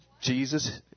Jesus